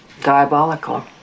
Diabolical